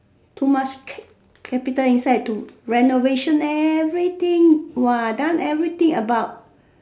too much cap~ capital inside to renovation everything !wah! done everything about